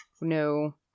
no